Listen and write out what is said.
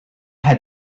had